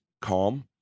calm